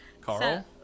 Carl